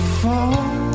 fall